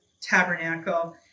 tabernacle